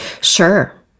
Sure